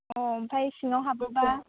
अ ओमफ्राय सिङाव हाबोबा